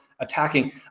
Attacking